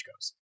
goes